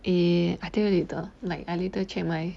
eh I tell you later like I later check my